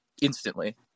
instantly